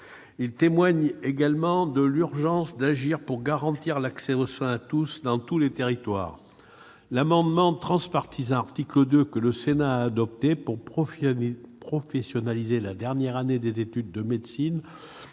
Il témoigne également de l'urgence d'agir pour garantir l'accès aux soins à tous dans tous les territoires. L'amendement transpartisan, à l'article 2, que le Sénat a adopté pour professionnaliser la dernière année des études de médecine,